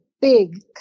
big